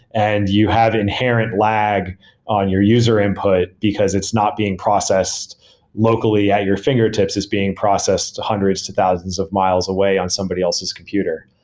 and you have inherent lag on your user input because it's not being processed locally at your fingertips. it's being processed to hundreds, to thousands of miles away on somebody else's computer.